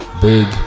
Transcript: Big